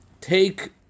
take